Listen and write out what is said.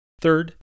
Third